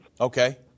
Okay